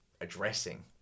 addressing